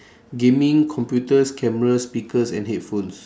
gaming computers camera speakers and headphones